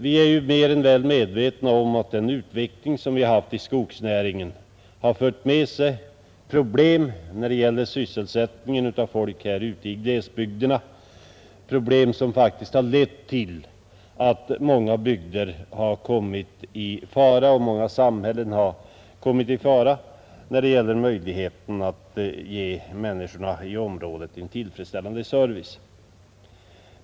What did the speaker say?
Vi är i högsta grad medvetna om att den utveckling som vi haft inom skogsnäringen har fört med sig problem när det gäller sysselsättningen för folk ute i glesbygderna, problem som faktiskt har lett till att många bygder och samhällen kommit i fara vad gäller möjligheten att ge människorna i området en tillfredsställande service.